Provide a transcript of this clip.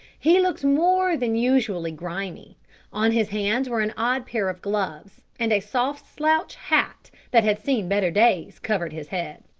he looked more than usually grimy on his hands were an odd pair of gloves and a soft slouch hat that had seen better days, covered his head.